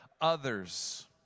others